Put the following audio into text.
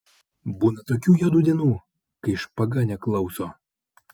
būna tokių juodų dienų kai špaga neklauso